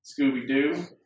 Scooby-Doo